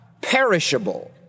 perishable